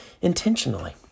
intentionally